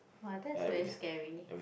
!wah! that's very scary